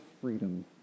freedom